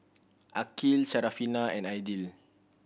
Aqil Syarafina and Aidil